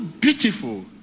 beautiful